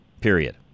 period